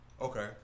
Okay